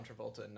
Travolta